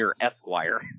Esquire